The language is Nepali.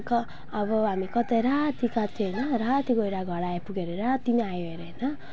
अब हामी कतै राति गएको थियौँ होइन राति गएर घर आइपुग्यौँ अरे राति नै आयौँ अरे होइन